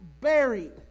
buried